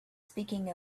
speaking